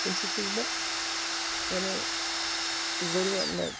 تَمہِ سۭتۍ چھُس بہٕ یعنی واریاہ مےٚ